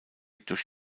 durch